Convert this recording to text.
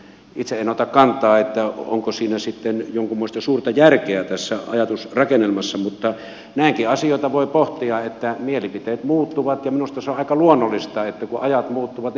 itse en ota kantaa onko tässä ajatusrakennelmassa sitten jonkunmoista suurta järkeä mutta näinkin asioita voi pohtia että mielipiteet muuttuvat ja minusta se on aika luonnollista että kun ajat muuttuvat niin mielipiteetkin muuttuvat